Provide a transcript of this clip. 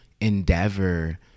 endeavor